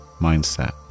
mindset